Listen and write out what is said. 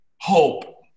hope